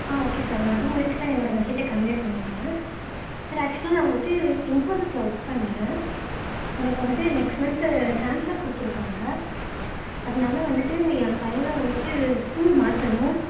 ஆ okay sir நான் two மினிட்ஸில் என்னோட மெசேஜ்ஜை கன்வே பண்ணிடுறேன் சார் ஆக்சுவலாக நான் வந்துவிட்டு இன்போசிஸில் ஒர்க் பண்ணுறேன் எனக்கு வந்துவிட்டு நெக்ஸ்ட் மந்த்து ட்ரான்ஸ்ஃபர் கொடுத்துருக்காங்க அதனால வந்துவிட்டு ஏன் பையனை வந்துவிட்டு ஸ்கூல் மாற்றணும்